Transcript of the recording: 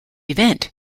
event